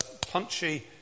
punchy